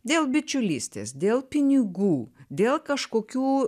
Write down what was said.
dėl bičiulystės dėl pinigų dėl kažkokių